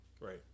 Right